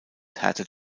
härtet